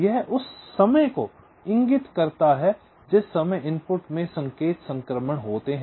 यह उस समय को इंगित करता है जिस समय इनपुट में संकेत संक्रमण होते हैं